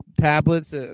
tablets